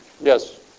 Yes